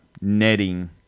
Netting